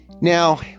Now